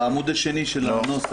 בעמוד השני של הנוסח,